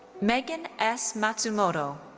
meghan s. matsumoto.